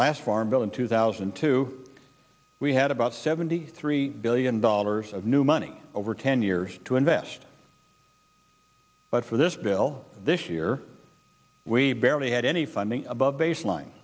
in two thousand and two we had about seventy three billion dollars of new money over ten years to invest but for this bill this year we barely had any funding above baseline